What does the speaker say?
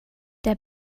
der